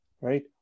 right